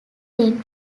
then